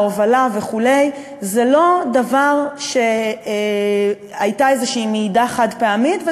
ההובלה וכו' זה לא שהייתה איזושהי מעידה חד-פעמית.